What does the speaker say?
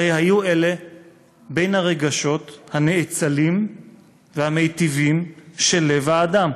הרי היו אלה בין הרגשות הנאצלים והמיטיבים של לב האדם,